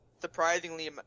surprisingly